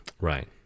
right